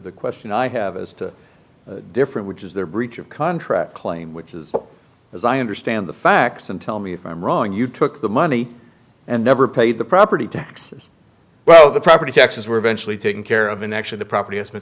the question i have as to different which is their breach of contract claim which is as i understand the facts and tell me if i'm wrong you took the money and never paid the property taxes well the property taxes were eventually taken care of and actually the property has